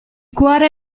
cuore